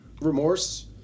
remorse